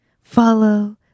follow